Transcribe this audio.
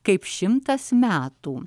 kaip šimtas metų